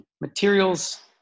materials